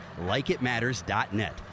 LikeItMatters.net